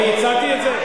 אני הצעתי את זה?